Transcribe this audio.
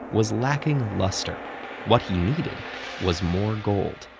was lacking luster what he needed was more gold.